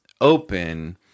open